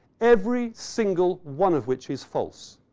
every single one of which is false.